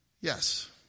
Yes